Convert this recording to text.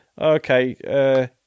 Okay